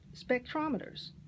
spectrometers